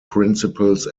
principles